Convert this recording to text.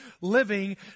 living